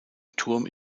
turm